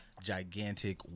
Gigantic